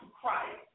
Christ